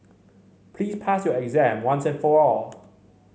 please pass your exam once and for all